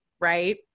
right